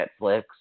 Netflix